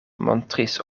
montris